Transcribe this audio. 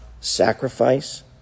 sacrifice